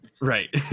right